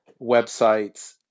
websites